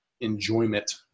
enjoyment